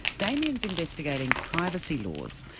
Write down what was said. damien's investigating privacy laws,